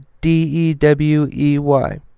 D-E-W-E-Y